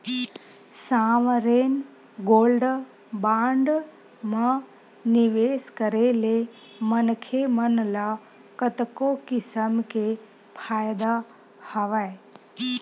sovereign gold bond म निवेस करे ले मनखे मन ल कतको किसम के फायदा हवय